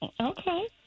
Okay